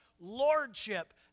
lordship